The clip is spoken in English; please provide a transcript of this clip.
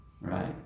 Right